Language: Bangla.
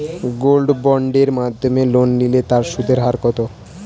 গোল্ড বন্ডের মাধ্যমে লোন নিলে তার সুদের হার কত?